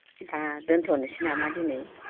दा दोन्थनोसै नामा दिनै